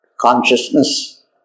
consciousness